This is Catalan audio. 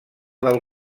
del